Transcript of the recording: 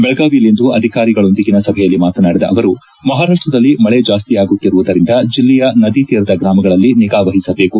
ಬೆಳಗಾವಿಯಲ್ಲಿಂದು ಅಧಿಕಾರಿಗಳೊಂದಿಗಿನ ಸಭೆಯಲ್ಲಿ ಮಾತನಾಡಿದ ಅವರು ಮಹಾರಾಷ್ತ್ತದಲ್ಲಿ ಮಳೆ ಜಾಸ್ತಿಯಾಗುತ್ತಿರುವುದಿಂದ ಜಿಲ್ಲೆಯಲ್ಲಿ ನದಿ ತೀರದ ಗ್ರಾಮಗಳಲ್ಲಿ ನಿಗಾವಹಿಸಬೇಕು